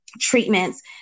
treatments